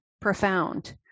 profound